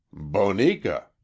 bonica